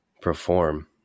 perform